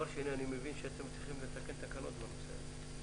אני מבין שאתם צריכים לתקן תקנות בנושא הזה.